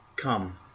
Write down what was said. Come